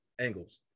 angles